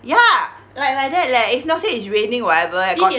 ya like like that leh is not say it's raining whatever got